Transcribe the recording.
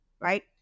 right